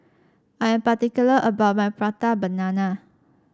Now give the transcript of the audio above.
I am particular about my Prata Banana